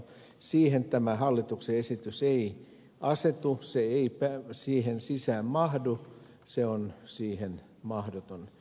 siihen tämä hallituksen esitys ei asetu se ei siihen sisään mahdu se on siihen mahdoton